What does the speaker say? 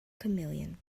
chameleon